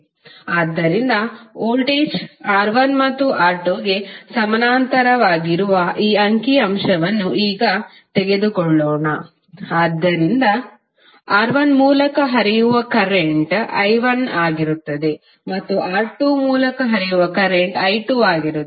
ಆದ್ದರಿಂದ voltage R1 ಮತ್ತು R2 ಗೆ ಸಮಾನಾಂತರವಾಗಿರುವ ಈ ಅಂಕಿ ಅಂಶವನ್ನು ಈಗ ತೆಗೆದುಕೊಳ್ಳೋಣ ಆದ್ದರಿಂದ R1 ಮೂಲಕ ಹರಿಯುವ ಕರೆಂಟ್ i1 ಆಗಿರುತ್ತದೆ ಮತ್ತು R2 ಮೂಲಕ ಹರಿಯುವ ಕರೆಂಟ್ವು i2 ಆಗಿರುತ್ತದೆ